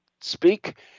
speak